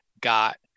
got